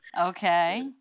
Okay